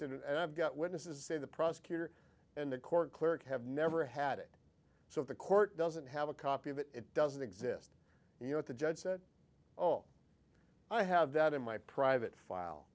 and i've got witnesses say the prosecutor and the court clerk have never had it so the court doesn't have a copy of it it doesn't exist you know the judge said oh i have that in my private file